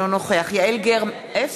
נגד יעל גרמן,